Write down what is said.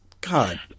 god